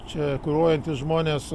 čia kuruojantys žmonės